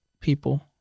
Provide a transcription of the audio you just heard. people